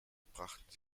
brachten